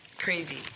Crazy